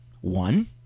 One